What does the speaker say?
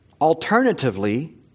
alternatively